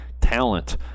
talent